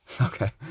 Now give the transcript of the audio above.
Okay